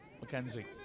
Mackenzie